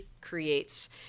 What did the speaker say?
creates